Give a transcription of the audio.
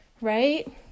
right